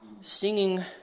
singing